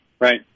right